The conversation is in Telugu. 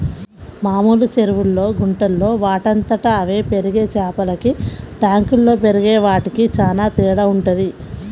మామూలు చెరువుల్లో, గుంటల్లో వాటంతట అవే పెరిగే చేపలకి ట్యాంకుల్లో పెరిగే వాటికి చానా తేడా వుంటది